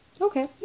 okay